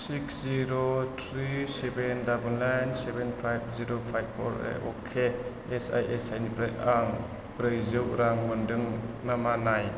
six zero three seven double nine seven five zero five पर अके एसआईएसआई निफ्राय आं ब्रैजौ रां मोन्दों नामा नाय